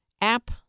app